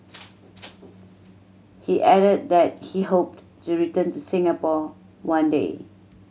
he added that he hoped to return to Singapore one day